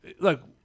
Look